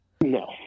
No